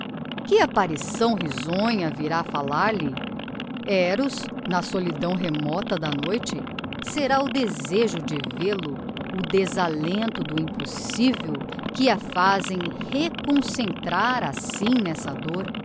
que apparição risonha virá fallar-lhe eros na solidão remota da noite será o desejo de vêl-o o desalento do impossivel que a fazem reconcentrar assim n'essa dôr